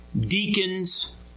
deacons